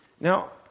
Now